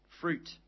fruit